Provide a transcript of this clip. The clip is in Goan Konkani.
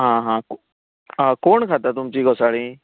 आं हां आं कोण खाता तुमची घोसाळीं